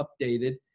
updated